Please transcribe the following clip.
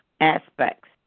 aspects